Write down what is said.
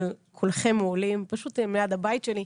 אבל כולכם מעולים, פשוט הם ליד הבית שלי.